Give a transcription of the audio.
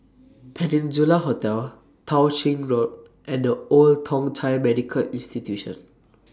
Peninsula Hotel Tao Ching Road and The Old Thong Chai Medical Institution